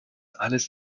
alles